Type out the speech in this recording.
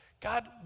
God